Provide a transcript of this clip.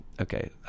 Okay